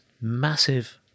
massive